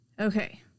Okay